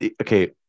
okay